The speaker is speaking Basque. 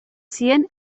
zien